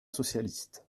socialiste